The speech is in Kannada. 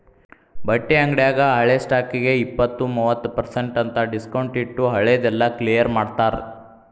ಬಟ್ಟಿ ಅಂಗ್ಡ್ಯಾಗ ಹಳೆ ಸ್ಟಾಕ್ಗೆ ಇಪ್ಪತ್ತು ಮೂವತ್ ಪರ್ಸೆನ್ಟ್ ಅಂತ್ ಡಿಸ್ಕೊಂಟ್ಟಿಟ್ಟು ಹಳೆ ದೆಲ್ಲಾ ಕ್ಲಿಯರ್ ಮಾಡ್ತಾರ